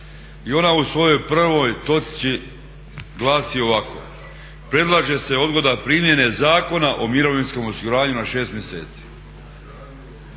i ona u svojoj prvoj točci glasi ovako: "Predlaže se odgoda primjene Zakona o mirovinskom osiguranju na 6 mjeseci.".